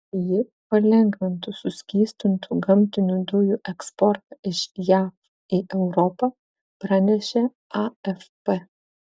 ji palengvintų suskystintų gamtinių dujų eksportą iš jav į europą pranešė afp